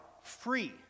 free